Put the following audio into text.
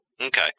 Okay